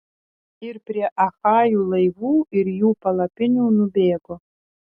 ir prie achajų laivų ir jų palapinių nubėgo